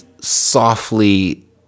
softly